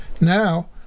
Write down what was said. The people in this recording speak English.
Now